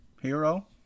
hero